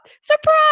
surprise